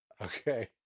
Okay